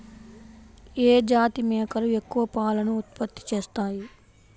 ఏ జాతి మేకలు ఎక్కువ పాలను ఉత్పత్తి చేస్తాయి?